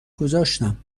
گذاشتم